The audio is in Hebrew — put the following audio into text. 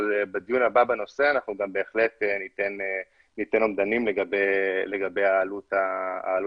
אבל בדיון הבא בנושא אנחנו גם בהחלט ניתן אומדנים לגבי העלות התקציבית.